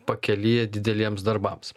pakelyje dideliems darbams